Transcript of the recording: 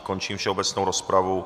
Končím všeobecnou rozpravu.